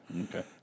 Okay